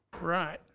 right